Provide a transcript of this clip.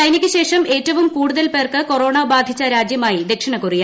ചൈനയ്ക്ക് ശേഷം ഏറ്റവും കൂടുതൽ പേർക്ക് കൊറോണ ബാധിച്ച രാജ്യമായി ദക്ഷിണ കൊറിയ